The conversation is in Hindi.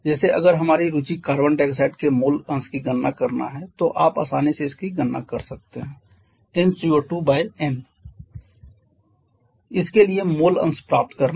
जैसे अगर हमारी रुचि कार्बन डाइऑक्साइड के मोल अंश की गणना करना है तो आप आसानी से इसकी गणना कर सकते हैं nCO2n इसके लिए मोल अंश प्राप्त करना